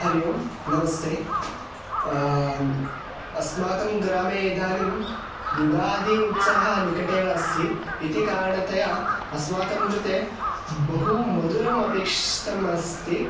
हरिः ओं नमस्ते अस्माकं ग्रामे इदानीं युगादि उत्सवः निकटे एव अस्ति इति कारणतया अस्माकं कृते बहु मधुरम् अपेक्षितम् अस्ति